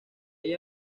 hay